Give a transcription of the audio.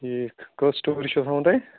ٹھیٖک کٔژ سِٹوری چھُ تھاوُن تۄہہِ